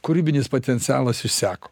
kūrybinis potencialas išseko